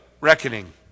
reckoning